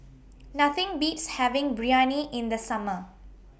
Nothing Beats having Biryani in The Summer